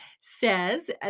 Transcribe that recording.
says